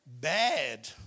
bad